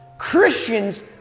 Christians